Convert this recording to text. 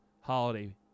holiday